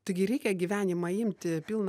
taigi reikia gyvenimą imti pilną